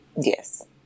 Yes